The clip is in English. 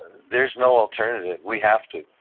there's no alternative. we have to.